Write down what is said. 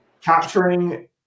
capturing